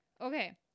Okay